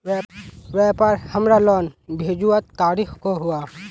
व्यापार हमार लोन भेजुआ तारीख को हुआ?